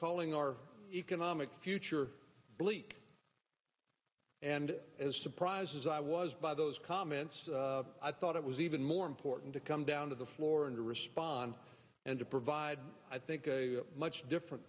calling our economic future bleak and as surprised as i was by those comments i thought it was even more important to come down to the floor and to respond and to provide i think much different